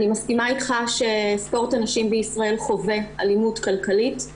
אני מסכימה איתך שספורט הנשים בישראל חווה אלימות כלכלית,